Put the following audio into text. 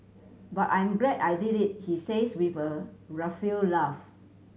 but I'm glad I did it he says with a rueful laugh